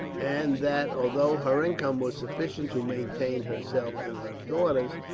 and that, although her income was sufficient to maintain herself and her daughters,